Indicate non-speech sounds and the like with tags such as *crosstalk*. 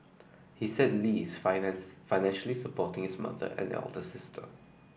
he said Lee is *unintelligible* financially supporting his mother and elder sister